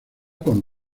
con